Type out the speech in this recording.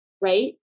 right